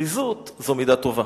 זריזות זו מידה טובה,